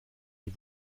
die